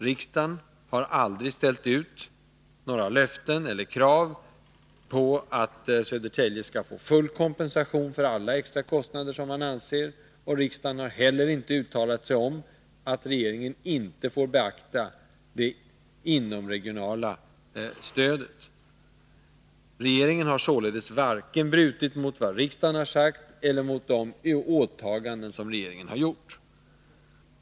Riksdagen har aldrig ställt ut några löften om eller krav på att Södertälje skall få full kompensation för alla extra kostnader som kommunen har. Riksdagen har inte heller sagt att regeringen inte får beakta det inomregionala stödet. Regeringen har således varken handlat i strid med vad riksdagen har uttalat eller brutit mot de åtaganden som staten har gjort.